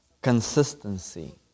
consistency